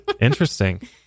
Interesting